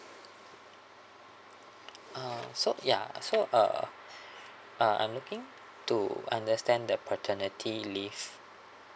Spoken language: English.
uh so ya so uh uh I'm looking to understand the paternity leave